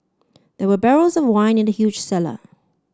there were barrels of wine in the huge cellar